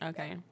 Okay